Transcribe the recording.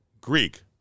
Greek